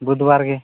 ᱵᱩᱫᱵᱟᱨ ᱜᱮ